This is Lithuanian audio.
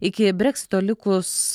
iki breksito likus